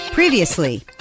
Previously